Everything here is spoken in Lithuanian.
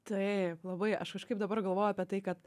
taip labai aš kažkaip dabar galvoju apie tai kad